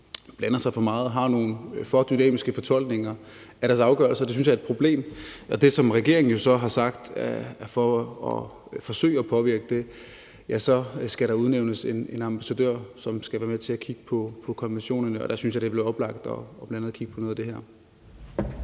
blander sig for meget og har nogle for dynamiske fortolkninger af deres afgørelser. Det synes jeg er et problem. Og det, som regeringen jo så har sagt for at forsøge at påvirke det, er, at der skal udnævnes en ambassadør, som skal være med til at kigge på konventionerne. Og der synes jeg, det vil være oplagt bl.a. at kigge på noget af det her.